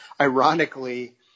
ironically